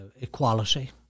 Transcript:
equality